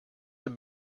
have